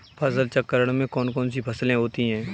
फसल चक्रण में कौन कौन सी फसलें होती हैं?